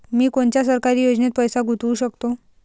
मी कोनच्या सरकारी योजनेत पैसा गुतवू शकतो?